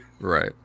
Right